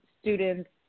students